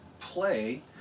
play